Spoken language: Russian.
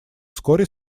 вскоре